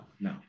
no